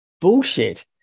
bullshit